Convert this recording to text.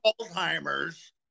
alzheimer's